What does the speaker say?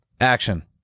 Action